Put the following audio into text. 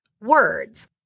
words